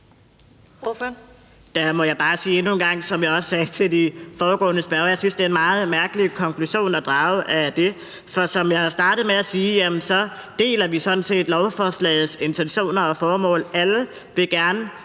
Der må jeg bare sige endnu en gang, som jeg også sagde til de foregående spørgere, at jeg synes, det er en meget mærkelig konklusion at drage af det. For som jeg startede med at sige, så deler vi sådan set lovforslagets intentioner og formål. Alle vil gerne